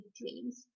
dreams